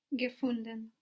Gefunden